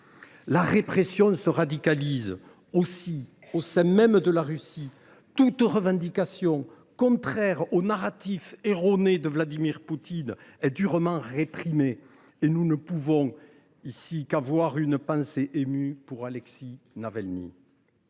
La répression se radicalise aussi au sein même de la Russie, où toute revendication contraire au narratif erroné de Vladimir Poutine est durement réprimée. À cet égard, nous avons une pensée émue pour Alexeï Navalny.